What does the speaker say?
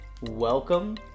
Welcome